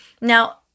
Now